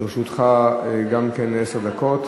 לרשותך גם כן עשר דקות.